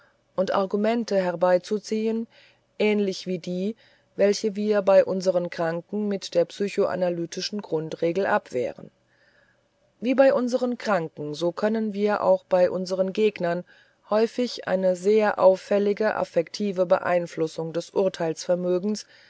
und argumente herbeizuziehen ähnlich wie die welche wir bei unseren kranken mit der psychoanalytischen grundregel abwehren wie bei unseren kranken so können wir auch bei unseren gegnern häufig eine sehr auffällige affektive beeinflussung des